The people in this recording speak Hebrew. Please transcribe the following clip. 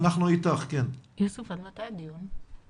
החומרים המופקים על ידינו הם תמיד בשתי שפות,